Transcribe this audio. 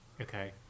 Okay